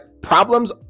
problems